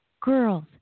girls